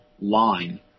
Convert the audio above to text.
line